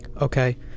Okay